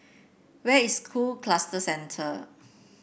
where is School Cluster Centre